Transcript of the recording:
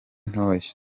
ntoya